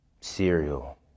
Cereal